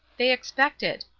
they expect it.